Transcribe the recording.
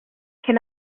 can